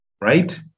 right